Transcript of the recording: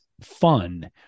fun